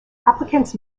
applicants